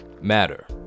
matter